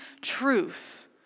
truth